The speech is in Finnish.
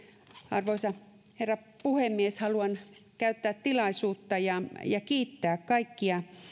arvoisa herra puhemies haluan käyttää tilaisuuden ja ja kiittää kaikkia